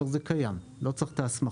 אבל זה קיים, לא צריך את ההסמכה.